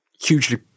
hugely